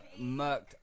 murked